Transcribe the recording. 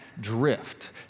drift